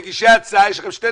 הבנתי, אז תחליטו.